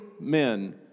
men